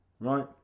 Right